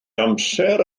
amser